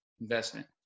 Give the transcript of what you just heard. investment